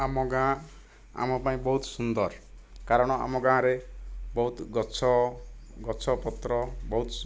ଆମ ଗାଁ ଆମ ପାଇଁ ବହୁତ ସୁନ୍ଦର କାରଣ ଆମ ଗାଁରେ ବହୁତ ଗଛ ଗଛପତ୍ର ବହୁତ